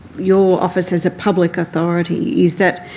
your office as a public authority is that,